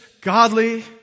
godly